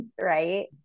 Right